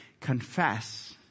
confess